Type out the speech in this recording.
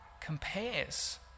compares